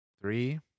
Three